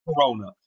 corona